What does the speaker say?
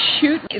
Shoot